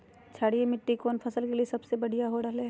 क्षारीय मिट्टी कौन फसल के लिए सबसे बढ़िया रहो हय?